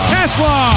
Tesla